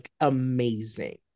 amazing